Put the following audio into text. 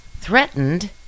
threatened